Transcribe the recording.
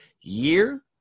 year